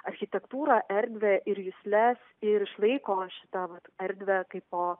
architektūrą erdvę ir jusles ir išlaiko šitą erdvę kaipo